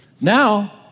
Now